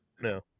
No